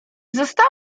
została